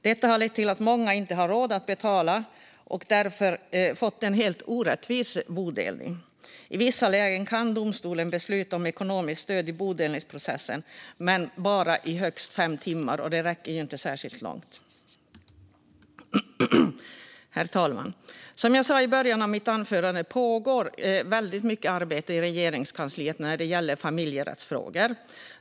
Detta har lett till att många inte har råd att betala och därför har fått en orättvis bodelning. I vissa lägen kan domstolen besluta om ekonomiskt stöd i bodelningsprocessen, men bara i högst fem timmar. Det räcker inte särskilt långt. Herr talman! Som jag sa i början av mitt anförande pågår väldigt mycket arbete i Regeringskansliet när det gäller familjerättsfrågor.